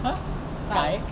!huh! khai